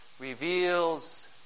reveals